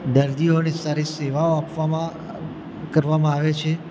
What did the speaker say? દર્દીઓને સારી સેવાઓ આપવામાં કરવામાં આવે છે